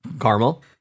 Caramel